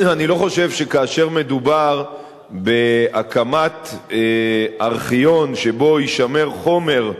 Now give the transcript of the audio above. אני לא חושב שכאשר מדובר בהקמת ארכיון שבו יישמר חומר,